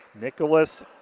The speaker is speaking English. Nicholas